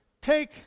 take